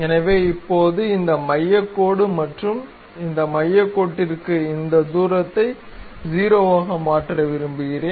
எனவே இப்போது இந்த மையக் கோடு மற்றும் இந்த மையக் கோட்டிற்கு இந்த தூரத்தை 0 ஆக மாற்ற விரும்புகிறோம்